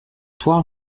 trois